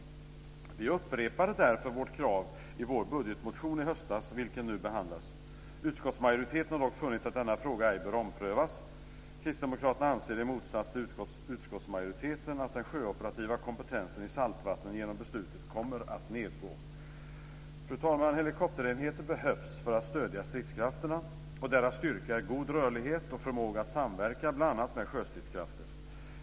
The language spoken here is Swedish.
Vi upprepade därför vårt krav i vår budgetmotion i höstas, som nu behandlas. Utskottsmajoriteten har dock funnit att denna fråga ej bör omprövas. Kristdemokraterna anser, i motsats till utskottsmajoriteten, att den sjöoperativa kompetensen i saltvatten genom beslutet kommer att nedgå. Fru talman! Helikopterenheter behövs för att stödja stridskrafterna. Deras styrka är god rörlighet och förmåga att samverka bl.a. med sjöstridskrafter.